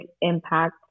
impact